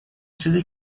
چیزی